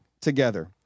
together